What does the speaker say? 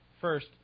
First